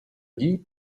dit